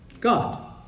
God